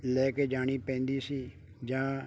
ਲੈ ਕੇ ਜਾਣੀ ਪੈਂਦੀ ਸੀ ਜਾਂ